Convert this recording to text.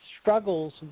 struggles